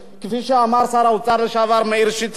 וכפי שאמר שר האוצר לשעבר מאיר שטרית,